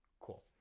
Cool